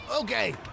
Okay